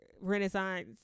Renaissance